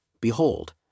Behold